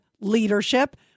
leadership